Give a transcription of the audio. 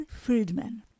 Friedman